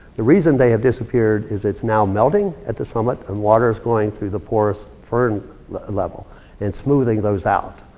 the reason they had disappeared is it's now melting at the summit. and water's going through the core's fern level and smoothing those out.